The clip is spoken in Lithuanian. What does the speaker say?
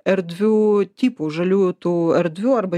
erdvių tipų žaliųjų tų erdvių arba